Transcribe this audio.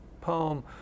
poem